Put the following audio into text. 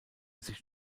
sich